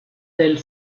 del